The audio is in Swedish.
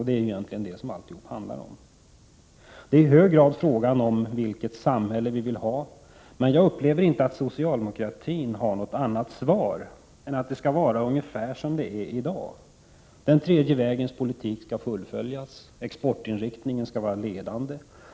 Det är egentligen det som allt handlar om. Det är i hög grad frågan om vilket samhälle vi vill ha, men jag upplever inte att socialdemokratin har något annat svar än att det skall vara ungefär som det är i dag. Den tredje vägens politik skall fullföljas. Exportinriktningen skall vara ledande.